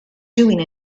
doing